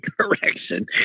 Correction